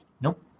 Nope